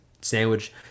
sandwich